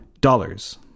dollars